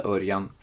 Örjan